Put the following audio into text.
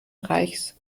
reichs